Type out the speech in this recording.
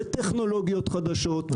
בטכנולוגיות חדשות,